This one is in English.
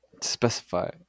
Specify